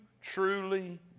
truly